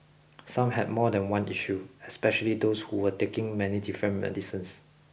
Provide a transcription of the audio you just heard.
some had more than one issue especially those who were taking many different medicines